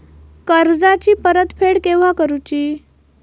कर्जाची परत फेड केव्हा करुची?